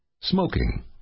Smoking